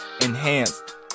enhanced